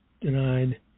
denied